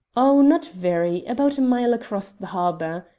oh, not very about a mile across the harbour.